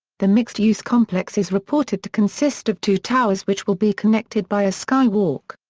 the mixed-use complex is reported to consist of two towers which will be connected by a skywalk.